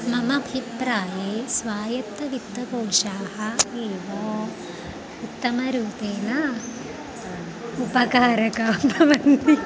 मम अभिप्राये स्वायत्तवित्तकोशाः एव उत्तमरूपेण उपकारका भवन्ति